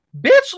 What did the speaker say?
bitch